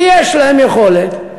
שיש להן יכולת,